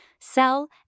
sell